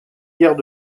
guerres